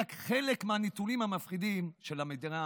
אלה רק חלק מהנתונים המפחידים של מדינה